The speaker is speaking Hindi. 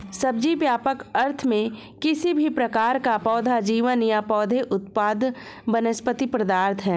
सब्जी, व्यापक अर्थों में, किसी भी प्रकार का पौधा जीवन या पौधे उत्पाद वनस्पति पदार्थ है